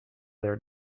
their